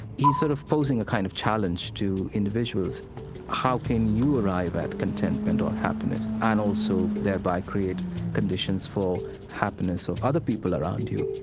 he's sort of posing a kind of challenge to individuals how can you arrive at contentment or happiness, and also, thereby, create conditions for happiness of other people around you?